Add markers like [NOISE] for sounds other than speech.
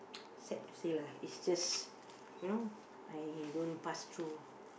[NOISE] sad to say lah is just you know I don't pass through